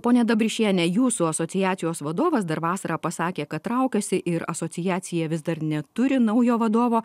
pone dabrišienė jūsų asociacijos vadovas dar vasarą pasakė kad traukiasi ir asociacija vis dar neturi naujo vadovo